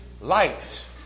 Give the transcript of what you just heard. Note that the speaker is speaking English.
light